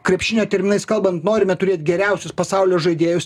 krepšinio terminais kalbant norime turėt geriausius pasaulio žaidėjus